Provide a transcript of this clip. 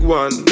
one